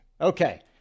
Okay